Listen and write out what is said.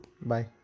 Bye